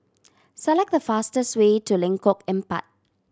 select the fastest way to Lengkok Empat